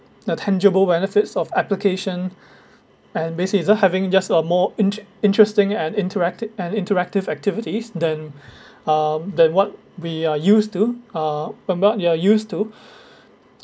the tangible benefits of application and basically is uh having just a more inter~ interesting and interacti~ and interactive activities than um than what we are used to uh remember you are used to